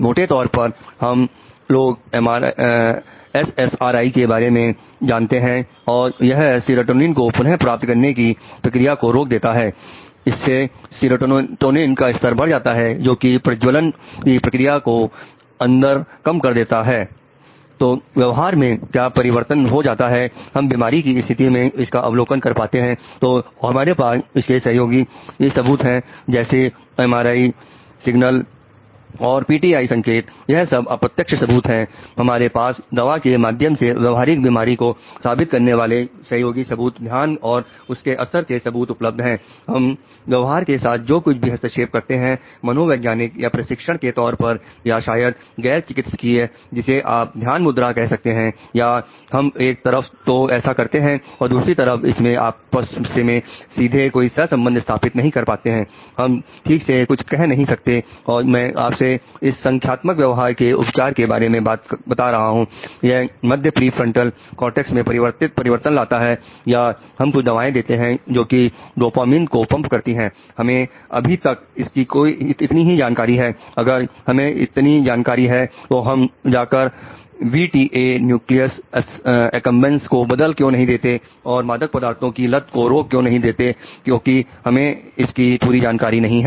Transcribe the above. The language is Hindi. मोटे तौर पर हम लोग एस एस आर आईन्यूक्लियस एकमबेस को बदल क्यों नहीं देते और मादक पदार्थों की लत को रोक क्यों नहीं लेते क्योंकि हमें इसकी पूरी जानकारी नहीं है